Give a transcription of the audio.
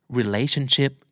relationship